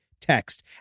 text